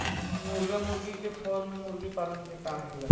मुर्गा मुर्गी के फार्म में मुर्गी पालन के काम होला